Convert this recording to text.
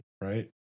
right